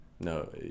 No